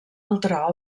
altra